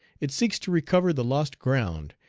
it seeks to recover the lost ground,